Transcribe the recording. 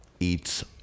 eats